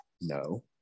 No